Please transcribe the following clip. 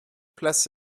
place